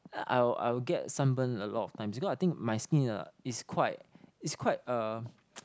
I will I will get sunburn a lot of times because I think my skin ah is quite is quite uh